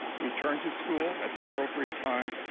return to school at the appropriate time,